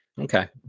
okay